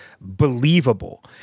believable